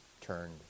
turned